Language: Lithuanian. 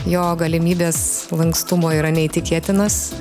jo galimybės lankstumo yra neįtikėtinos